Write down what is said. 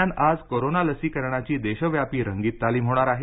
दरम्यान आज कोरोना लसीकरणाची देशव्यापी रंगीत तालीम होणार आहे